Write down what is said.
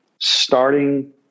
starting